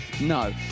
No